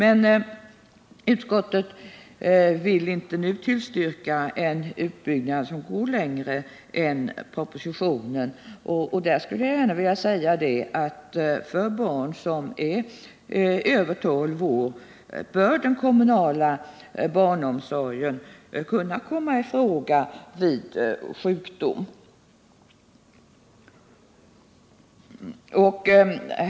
Utskottet vill inte nu tillstyrka en utbyggnad som går längre än som föreslås i propositionen. För barn som är över 12 år bör den kommunala barnomsorgen kunna komma i fråga vid sjukdom.